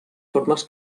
formes